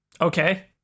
Okay